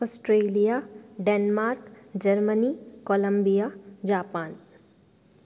Australia Denmark Germany Columbia Japan